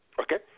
Okay